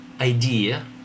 Idea